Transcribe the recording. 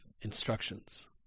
instructions